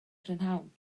prynhawn